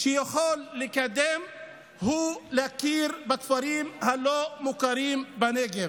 שיכול לקדם, הוא להכיר בכפרים הלא-מוכרים בנגב.